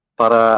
para